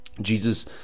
Jesus